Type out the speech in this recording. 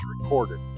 recorded